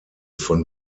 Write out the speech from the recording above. von